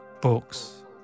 books